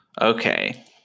Okay